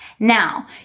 Now